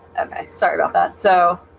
okay, sorry about that, so